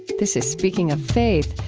this is speaking of faith.